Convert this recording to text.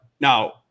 now